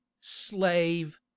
slave